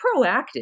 proactive